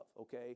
okay